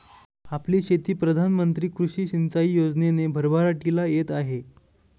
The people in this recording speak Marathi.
आपली शेती प्रधान मंत्री कृषी सिंचाई योजनेने भरभराटीला येत आहे